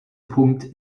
punkt